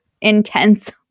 intense